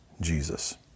Jesus